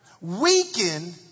weaken